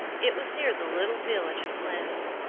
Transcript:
it was near the little village of blenheim,